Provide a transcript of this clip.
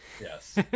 Yes